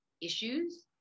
issues